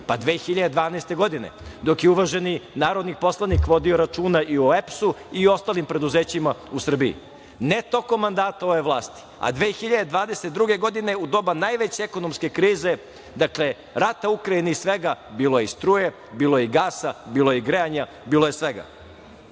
Pa, 2012. godine, dok je uvaženi narodni poslanik vodio računa i o EPS-u i ostalim preduzećima u Srbiji. Ne tokom mandata ove vlasti. A 2022. godine, u doba najveće ekonomske krize, rata u Ukrajini i svega ostalog, bilo je i struje, bilo je i gasa, bilo je i grejanja, bilo je